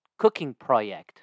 CookingProject